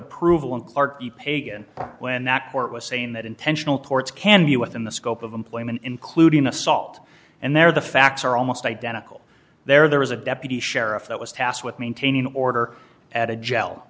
approval in clarkie pagan when that court was saying that intentional courts can be within the scope of employment including assault and there the facts are almost identical there there was a deputy sheriff that was tasked with maintaining order at a